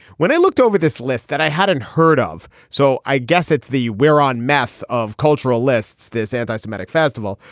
when i looked over this list that i hadn't heard of. so i guess it's the we're on math of cultural lists. this anti-semetic festival,